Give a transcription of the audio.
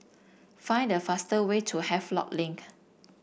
find the fast way to Havelock Link